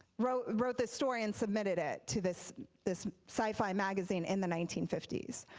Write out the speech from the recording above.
wrote wrote this story and submitted it to this this sci-fi magazine in the nineteen fifty s.